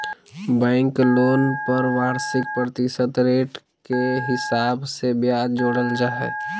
bank loan पर वार्षिक प्रतिशत रेट के हिसाब से ब्याज जोड़ल जा हय